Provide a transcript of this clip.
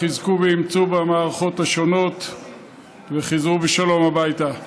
חזקו ואמצו במערכות השונות וחזרו בשלום הביתה.